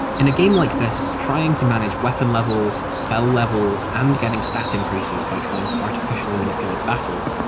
in a game like this, trying to manage weapon levels, spell levels, and getting stat increases by trying to artificially manipulate battles,